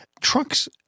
trucks